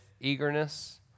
eagerness